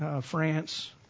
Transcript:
France